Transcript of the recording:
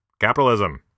Capitalism